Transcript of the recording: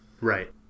Right